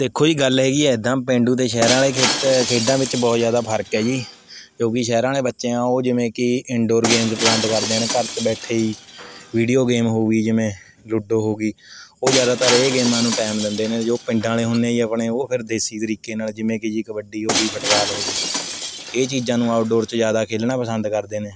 ਦੇਖੋ ਜੀ ਗੱਲ ਹੈਗੀ ਹੈ ਇੱਦਾਂ ਪੇਂਡੂ ਅਤੇ ਸ਼ਹਿਰਾਂ ਵਾਲ਼ੇ ਖੇ ਖੇਡਾਂ ਵਿੱਚ ਬਹੁਤ ਜ਼ਿਆਦਾ ਫ਼ਰਕ ਹੈ ਜੀ ਜੋ ਕਿ ਸ਼ਹਿਰਾਂ ਵਾਲ਼ੇ ਬੱਚੇ ਹੈ ਉਹ ਜਿਵੇਂ ਕਿ ਇੰਨਡੌਰ ਗੇਮਜ਼ ਪਸੰਦ ਕਰਦੇ ਨੇ ਘਰ 'ਚ ਬੈਠੇ ਹੀ ਵੀਡਿਓ ਗੇਮ ਹੋ ਗਈ ਜਿਵੇਂ ਲੂਡੋ ਹੋ ਗਈ ਉਹ ਜ਼ਿਆਦਾਤਰ ਇਹ ਗੇਮਾਂ ਨੂੰ ਟਾਈਮ ਦਿੰਦੇ ਨੇ ਜੋ ਪਿੰਡਾਂ ਵਾਲ਼ੇ ਹੁੰਦੇ ਜੀ ਆਪਣੇ ਉਹ ਫਿਰ ਦੇਸੀ ਤਰੀਕੇ ਨਾਲ਼ ਜਿਵੇਂ ਕਿ ਜੀ ਕਬੱਡੀ ਹੋ ਗਈ ਫੁੱਟਵਾਲ ਹੋ ਗਈ ਇਹ ਚੀਜ਼ਾਂ ਨੂੰ ਆਊਟਡੋਰ 'ਚ ਜ਼ਿਆਦਾ ਖੇਲਣਾ ਪਸੰਦ ਕਰਦੇ ਨੇ